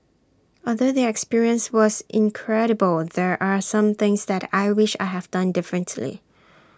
although the experience was incredible there are some things that I wish I have done differently